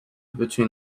between